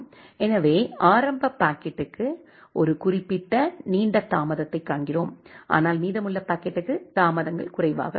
எனவே ஆரம்ப பாக்கெட்டுக்கு ஒரு குறிப்பிட்ட நீண்ட தாமதத்தைக் காண்கிறோம் ஆனால் மீதமுள்ள பாக்கெட்டுக்கு தாமதங்கள் குறைவாக இருக்கும்